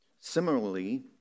Similarly